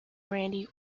brandy